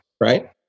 right